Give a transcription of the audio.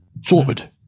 sorted